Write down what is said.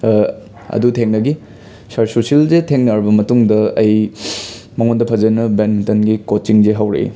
ꯑꯗꯨ ꯊꯦꯡꯅꯈꯤ ꯁꯥꯔ ꯁꯨꯁꯤꯜꯁꯦ ꯊꯦꯡꯅꯔꯕ ꯃꯇꯨꯡꯗ ꯑꯩ ꯃꯉꯣꯟꯗ ꯐꯖꯅ ꯕꯦꯠꯃꯤꯟꯇꯟꯒꯤ ꯀꯣꯆꯤꯡꯁꯦ ꯍꯧꯔꯛꯏ